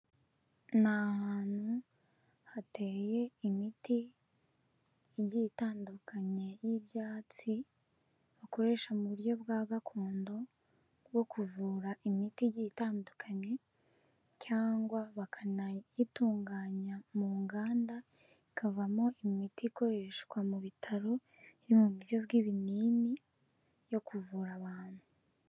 Ni ahantu hateye imiti igiye itandukanye y'ibyatsi bakoresha mu buryo bwa gakondo, bwo kuvura imiti itandukanye, cyangwa bakanayitunganya mu nganda, ikavamo imiti ikoreshwa mu bitaro, iri mu buryo bw'ibinini yo kuvura abantu.